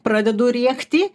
pradedu rėkti